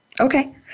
Okay